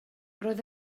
roedd